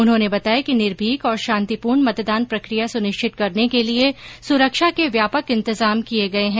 उन्होंने बताया कि निर्भीक और शांतिपूर्ण मतदान प्रक्रिया सुनिश्चित करने के लिए सुरक्षा के व्यापक इंतजाम किये गये है